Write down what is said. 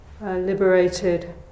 liberated